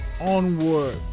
Onward